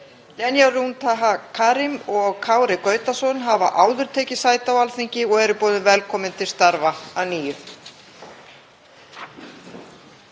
Lenya Rún Taha Karim og Kári Gautason hafa áður tekið sæti á Alþingi og eru boðin velkomin til starfa að nýju.